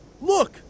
Look